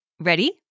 Ready